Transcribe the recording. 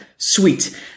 Sweet